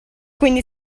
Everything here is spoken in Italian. quindi